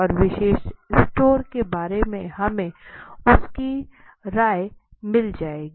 और विशेष स्टोर के बारे में हमे उसकी राइ मिल जाएगी